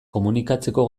komunikatzeko